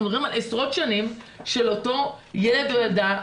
אנחנו מדברים על עשרות שנים של אותו ילד או אותה ילדה,